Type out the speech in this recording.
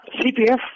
CPF